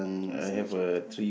can we see a tractor